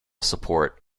support